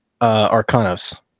Arcanos